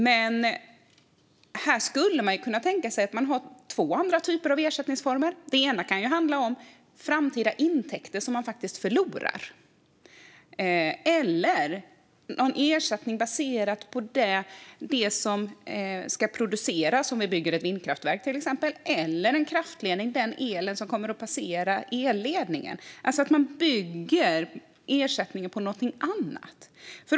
Man skulle kunna tänka sig två andra typer av ersättningsformer. Det kan handla om ersättning för framtida intäkter som går förlorade eller ersättning baserad på det som ska produceras, till exempel ett vindkraftverk, en kraftledning eller den el som kommer att passera elledningen. Det handlar alltså om att man bygger ersättningen på någonting annat.